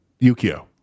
Yukio